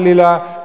חלילה,